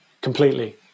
completely